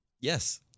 Yes